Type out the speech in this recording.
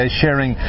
sharing